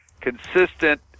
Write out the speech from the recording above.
consistent